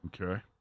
Okay